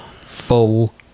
full